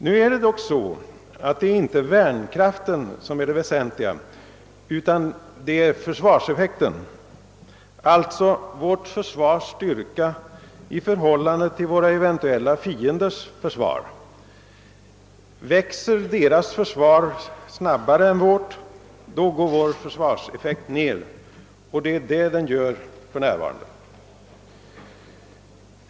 Nu är det dock så, att det inte är värnkraften som är det väsentliga, utan det är försvarseffekten, alltså vårt försvars styrka i förhållande till våra eventuella fienders försvar. Växer deras försvar snabbare än vårt, går vår försvarseffekt ned, och det är det den gör för närvarande.